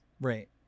Right